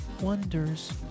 Wonders